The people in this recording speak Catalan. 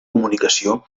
comunicació